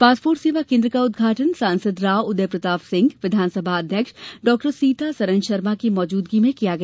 passport सेवा केन्द्र का उद्घाटन सांसद राव उदय प्रताप सिंह विधानसभा अध्यक्ष डॉ सीतासरन शर्मा की मौजूदगी में किया गया